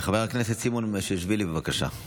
חבר הכנסת סימון מושיאשוילי, בבקשה.